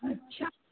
अच्छा